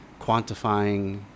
quantifying